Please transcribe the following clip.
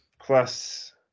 plus